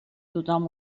tothom